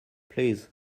please